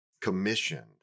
commissioned